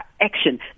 action